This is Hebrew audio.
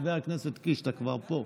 חבר הכנסת קיש, אתה כבר פה.